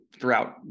throughout